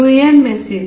5 h Yxs 0